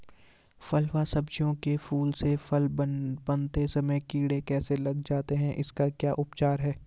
फ़ल व सब्जियों के फूल से फल बनते समय कीड़े कैसे लग जाते हैं इसका क्या उपचार है?